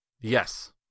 yes